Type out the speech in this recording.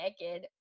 naked